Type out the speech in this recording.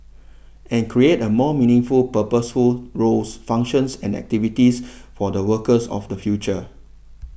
and create a more meaningful purposeful roles functions and activities for the workers of the future